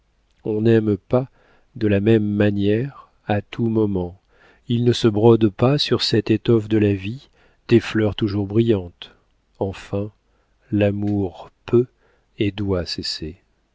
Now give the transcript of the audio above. on n'aime pas de la même manière à tous moments il ne se brode pas sur cette étoffe de la vie des fleurs toujours brillantes enfin l'amour peut et doit cesser